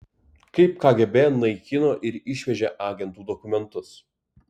kaip kgb naikino ir išvežė agentų dokumentus